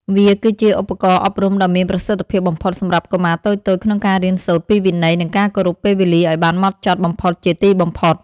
វាគឺជាឧបករណ៍អប់រំដ៏មានប្រសិទ្ធភាពបំផុតសម្រាប់កុមារតូចៗក្នុងការរៀនសូត្រពីវិន័យនិងការគោរពពេលវេលាឱ្យបានហ្មត់ចត់បំផុតជាទីបំផុត។